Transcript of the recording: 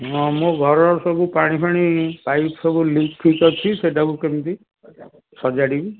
ହଁ ମୋ ଘରର ସବୁ ପାଣି ଫାଣି ପାଇପ୍ ସବୁ ଲିକ୍ ଫିକ୍ ଅଛି ସେଇଟାକୁ କେମିତି ସଜାଡ଼ିବି